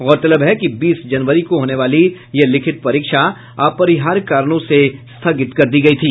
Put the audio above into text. गौरतलब है कि बीस जनवरी को होने वाली यह लिखित परीक्षा अपरिहार्य कारणों से स्थगित कर दी गई थी